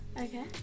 okay